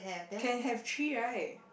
can have three right